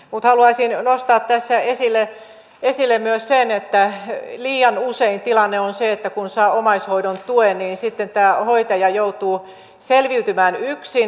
mutta haluaisin nostaa tässä esille myös sen että liian usein tilanne on se että kun saa omaishoidon tuen niin sitten tämä hoitaja joutuu selviytymään yksin